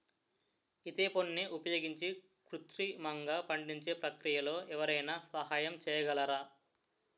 ఈథెఫోన్ని ఉపయోగించి కృత్రిమంగా పండించే ప్రక్రియలో ఎవరైనా సహాయం చేయగలరా?